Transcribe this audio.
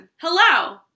Hello